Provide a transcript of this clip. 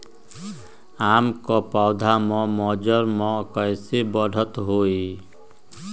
आम क पौधा म मजर म कैसे बढ़त होई?